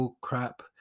crap